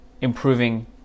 improving